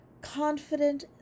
confident